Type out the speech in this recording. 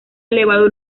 elevado